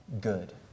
good